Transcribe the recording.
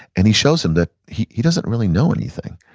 and he shows him that he he doesn't really know anything.